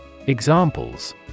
Examples